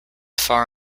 far